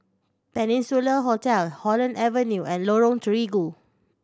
Peninsula Hotel Holland Avenue and Lorong Terigu